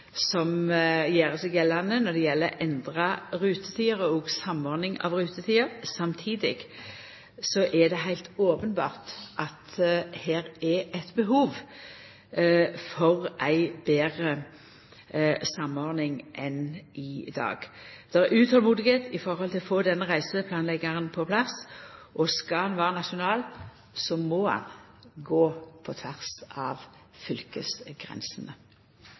gjer seg gjeldande for endra rutetider og samordning av rutetider. Samtidig er det heilt openbert at her er det eit behov for ei betre samordning enn i dag. Ein er utolmodig etter å få denne reiseplanleggjaren på plass. Og skal han vera nasjonal, må han gå på tvers av fylkesgrensene.